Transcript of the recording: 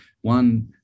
one